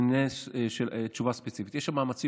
אז אני עונה תשובה ספציפית: יש שם מאמצים